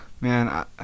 man